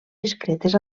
discretes